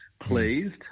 pleased